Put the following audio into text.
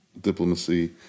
diplomacy